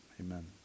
amen